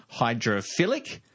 hydrophilic